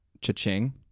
Cha-ching